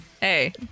Hey